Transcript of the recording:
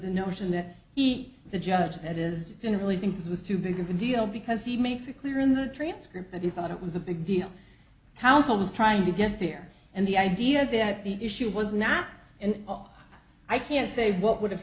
the notion that eat the judge that is didn't really think it was too big of a deal because he makes it clear in the transcript that he thought it was a big deal house i was trying to get here and the idea that the issue was not and i can't say what would have